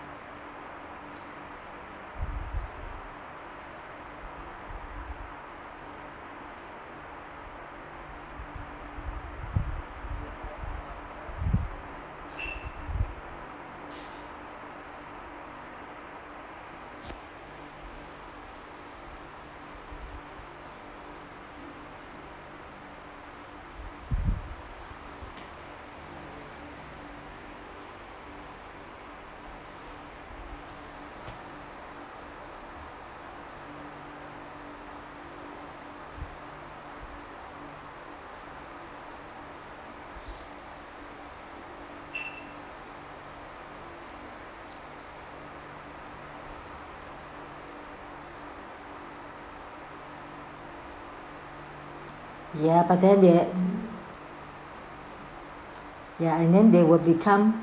ya but then they ya and then they will become